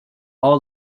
all